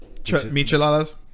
Micheladas